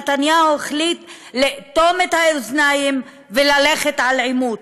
נתניהו החליט לאטום את האוזניים וללכת על עימות.